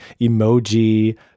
emoji